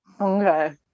Okay